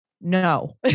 No